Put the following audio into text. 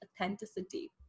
authenticity